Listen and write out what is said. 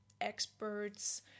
experts